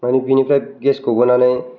बाव बेनिफ्राय गेस गबोनानै